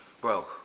Bro